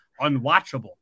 unwatchable